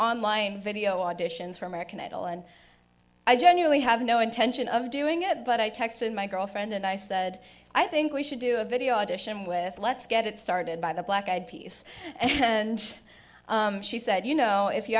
online video auditions for american idol and i genuinely have no intention of doing it but i texted my girlfriend and i said i think we should do a video audition with let's get it started by the black eyed peas and she said you know if you're